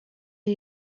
are